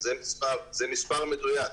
זה מספר מדויק,